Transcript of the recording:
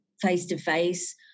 face-to-face